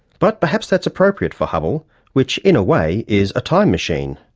but perhaps that's appropriate for hubble which, in a way, is a time machine.